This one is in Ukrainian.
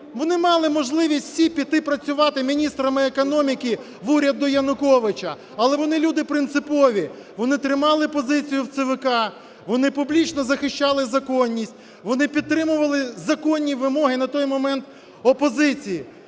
вони мали можливість всі піти працювати міністрами економіки в уряд до Януковича, але вони – люди принципові, вони тримали позицію в ЦВК, вони публічно захищали законність, вони підтримували законні вимоги на той момент опозиції.